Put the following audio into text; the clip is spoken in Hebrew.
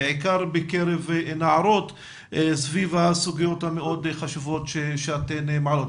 בעיקר בקרב נערות סביב הסוגיות המאוד חשובות שאתן מעלות.